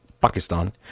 Pakistan